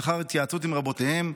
לאחר התייעצות עם רבותיהם,